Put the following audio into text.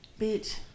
Bitch